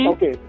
Okay